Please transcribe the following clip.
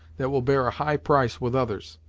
that will bear a high price with others.